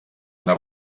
una